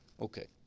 Okay